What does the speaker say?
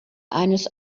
eines